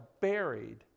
buried